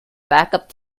backup